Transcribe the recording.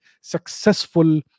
successful